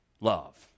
love